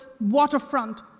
waterfront